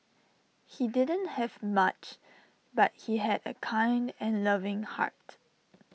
he didn't have much but he had A kind and loving heart